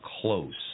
close